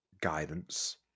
guidance